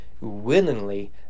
willingly